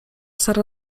sara